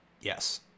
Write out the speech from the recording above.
Yes